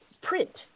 print